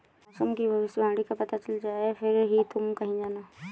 मौसम की भविष्यवाणी का पता चल जाए फिर ही तुम कहीं जाना